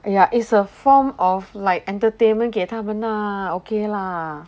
!aiya! is a form of like entertainment 给他们那 ok lah